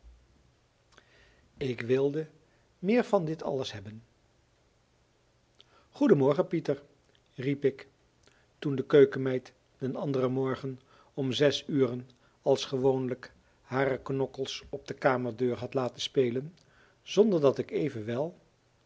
ik wilde meer van dit alles hebben goeden morgen pieter riep ik toen de keukenmeid den anderen morgen om zes uren als gewoonlijk hare knokkels op de kamerdeur had laten spelen zonder dat ik evenwel